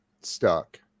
stuck